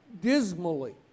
dismally